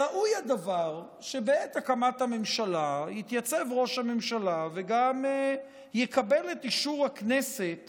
ראוי הדבר שבעת הקמת הממשלה יתייצב ראש הממשלה וגם יקבל את אישור הכנסת